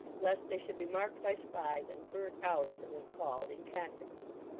lest they should be marked by spies, and burnt out, as it was called, in consequence.